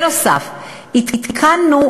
נוסף על כך עדכנו,